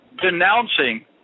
denouncing